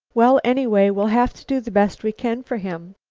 well, anyway, we'll have to do the best we can for him.